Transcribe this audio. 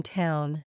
town